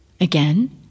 Again